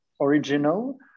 original